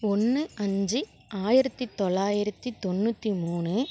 ஒன்று அஞ்சு ஆயிரத்தி தொள்ளாயிரத்தி தொண்ணூத்தி மூணு